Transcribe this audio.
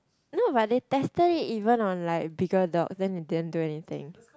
no but they tested it even on like bigger dogs then they didn't do anything